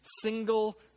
single